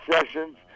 sessions